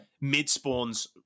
mid-spawns